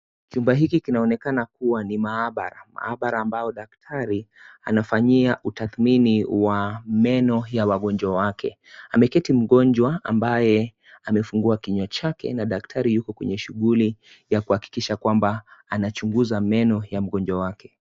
Chumba hiki kinaonekana kuwa ni maabara. Maabara ambao daktari anafanyia utatmini wa meno ya wagonjwa wake. Ameketi mgonjwa ambaye amefungua kinywa chake na daktari yuko kwenye shughuli ya kuhakikisha kwamba anachunguza meno ya mgonjwa wake.